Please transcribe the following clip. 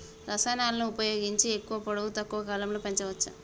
రసాయనాలను ఉపయోగించి ఎక్కువ పొడవు తక్కువ కాలంలో పెంచవచ్చా?